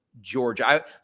Georgia